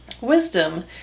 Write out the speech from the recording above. Wisdom